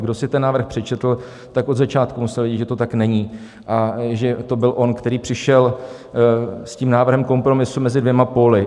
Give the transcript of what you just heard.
Kdo si ten návrh přečetl, tak od začátku musel vědět, že to tak není a že to byl on, který přišel s tím návrhem kompromisu mezi dvěma póly.